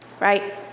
right